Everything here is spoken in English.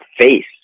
face